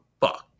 fucked